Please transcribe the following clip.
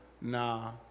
Nah